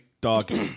dog